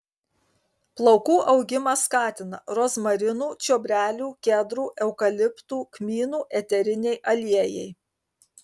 plaukų augimą skatina rozmarinų čiobrelių kedrų eukaliptų kmynų eteriniai aliejai